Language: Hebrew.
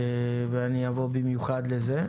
ואבוא במיוחד לזה.